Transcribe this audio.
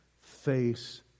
face